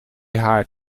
haar